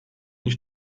ich